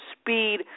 speed